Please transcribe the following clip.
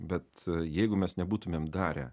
bet jeigu mes nebūtumėm darę